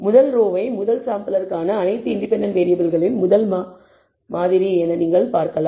முதல் ரோவை முதல் சாம்பிளிற்கான அனைத்து இண்டிபெண்டன்ட் வேறியபிள்களின் முதல் மாதிரி என நீங்கள் பார்க்கலாம்